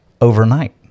overnight